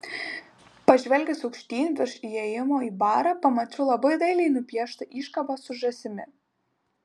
pažvelgęs aukštyn virš įėjimo į barą pamačiau labai dailiai nupieštą iškabą su žąsimi